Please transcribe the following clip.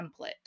template